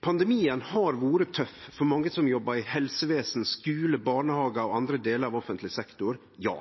Pandemien har vore tøff for mange som jobbar i helsevesen, skule, barnehage og andre delar av offentleg sektor, ja.